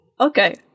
Okay